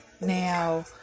now